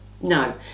no